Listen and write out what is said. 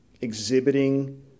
exhibiting